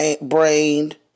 brained